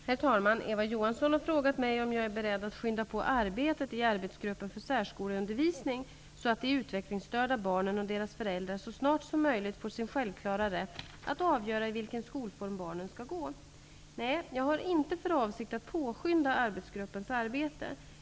Herr talman! Eva Johansson har frågat mig om jag är beredd att skynda på arbetet i arbetsgruppen för särskoleundervisning, så att de utvecklingsstörda barnen och deras föräldrar så snart som möjligt får sin självklara rätt att avgöra i vilken skolform barnen skall gå. Nej, jag har inte för avsikt att påskynda arbetsgruppens arbete.